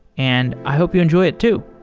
and i hope you enjoy it too